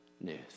news